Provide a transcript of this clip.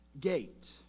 gate